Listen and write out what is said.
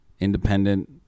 independent